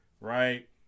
right